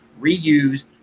reuse